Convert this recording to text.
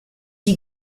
die